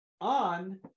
on